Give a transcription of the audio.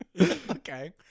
Okay